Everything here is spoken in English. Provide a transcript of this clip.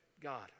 God